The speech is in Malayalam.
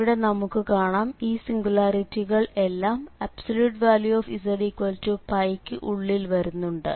ഇവിടെ നമുക്ക് കാണാം ഈ സിംഗുലാരിറ്റികൾ എല്ലാം zπ ക്ക് ഉള്ളിൽ വരുന്നുണ്ട്